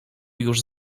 już